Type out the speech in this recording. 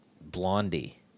Blondie